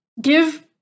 give